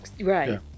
right